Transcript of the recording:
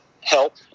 help